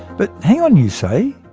but hang on you say,